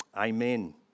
Amen